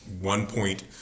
one-point